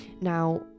Now